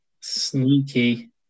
Sneaky